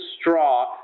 straw